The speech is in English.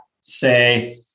say